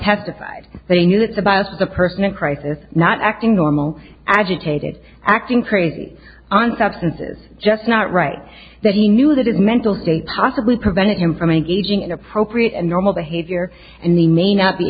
testified they knew it's about the personal crisis not acting normal agitated acting crazy on substances just not right that he knew that it mental state possibly prevented him from engaging inappropriate and normal behavior and they may not be